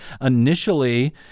Initially